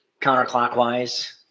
counterclockwise